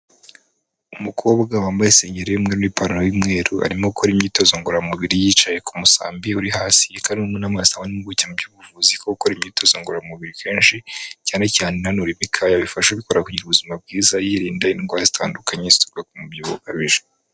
Umukobwa wambaye isengeri y'umweru, n'ipantaro y'umweru, arimo gukora imyitozo ngororamubiri yicaye ku musambi uri hasi, iyi ikaba ari imwe mu zitangwa n'impuguke mu by'ubuvuzi ko gukora imyitozo ngororamubiri kenshi, cyane cyane inanura imikaya, bifasha ubikorara kugira ubuzima bwiza, yirinda indwara zitandukanye zituruka ku mubyibuho ukabije.